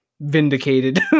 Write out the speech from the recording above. vindicated